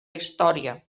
història